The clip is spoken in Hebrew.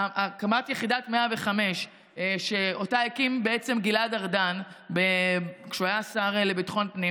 הקמת יחידת 105 שאותה הקים בעצם גלעד ארדן כשהוא היה השר לביטחון פנים,